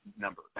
number